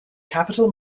capital